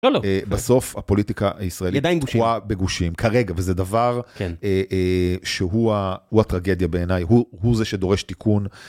בסוף הפוליטיקה הישראלית תקועה בגושים כרגע וזה דבר שהוא הטרגדיה בעיניי הוא זה שדורש תיקון.